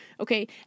Okay